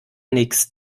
nix